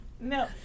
No